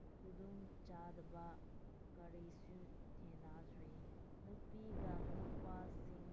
ꯈꯨꯗꯣꯡꯆꯥꯗꯕ ꯀꯔꯤꯁꯨ ꯊꯦꯡꯅꯗ꯭ꯔꯦ ꯅꯨꯄꯤꯒ ꯅꯨꯄꯥꯁꯤꯡ